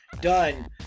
Done